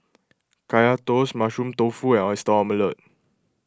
Kaya Toast Mushroom Tofu and Oyster Omelette